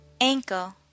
ankle